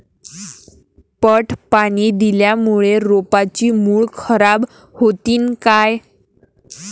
पट पाणी दिल्यामूळे रोपाची मुळ खराब होतीन काय?